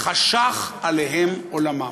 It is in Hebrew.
חשך עליהם עולמם.